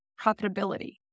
profitability